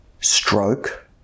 stroke